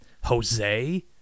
Jose